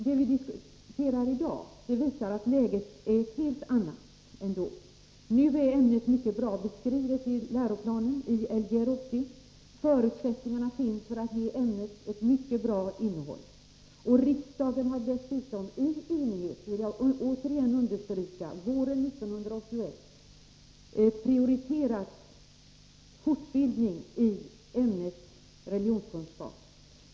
Det vi diskuterar i dag visar att läget är ett helt annat än det var då. Nu är ämnet mycket bra beskrivet i läroplanen, Lgr 80, och förutsättningarna finns för att man skall kunna ge ämnet ett mycket bra innehåll. Jag vill återigen understryka att riksdagen dessutom i enighet våren 1981 prioriterade fortbildningen i ämnet religionskunskap.